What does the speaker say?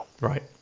Right